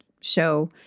show